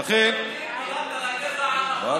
הלכת על הגזע הנכון, אדוני.